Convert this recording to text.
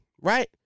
Right